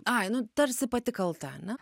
ai nu tarsi pati kalta ane